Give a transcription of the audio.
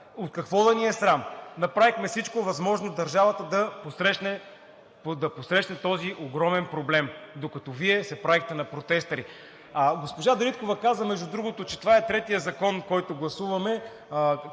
От какво да ни е срам?! Направихме всичко възможно държавата да посрещне този огромен проблем, докато Вие се правехте на протестъри. Госпожа Дариткова каза, между другото, че това е третият закон, който гласуваме,